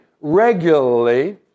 regularly